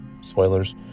spoilers